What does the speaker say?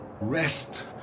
Rest